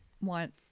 Want